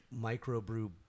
microbrew